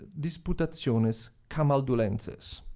disputationes camaldulenses.